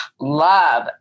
love